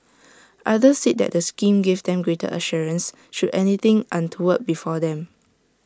others said the scheme gave them greater assurance should anything untoward befall them